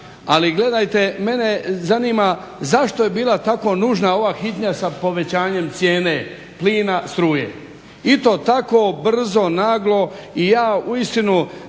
Ali gledajte, mene zanima zašto je bila tako nužna ova hitnja sa povećanjem cijene plina, struje i to tako brzo, naglo. I ja uistinu